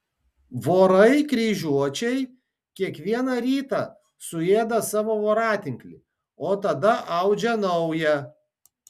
vorai kryžiuočiai kiekvieną rytą suėda savo voratinklį o tada audžia naują